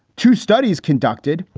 two studies conducted,